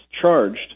charged